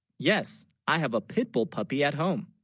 yes i have a pitbull puppy at home